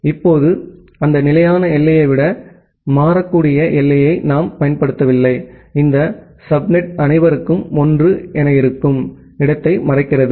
இப்போது அந்த நிலையான எல்லையை விட மாறக்கூடிய எல்லையை நாம் பயன்படுத்தவில்லை இந்த சப்நெட் நம் அனைவருக்கும் 1 இருக்கும் இடத்தை மறைக்கிறது